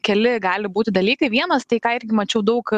keli gali būti dalykai vienas tai ką irgi mačiau daug